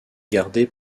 gardée